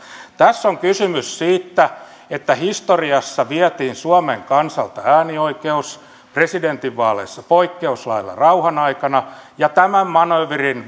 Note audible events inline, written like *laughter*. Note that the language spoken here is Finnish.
tässä on kysymys siitä että historiassa vietiin suomen kansalta äänioikeus presidentinvaaleissa poikkeuslailla rauhan aikana ja tämän manööverin *unintelligible*